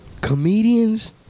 comedians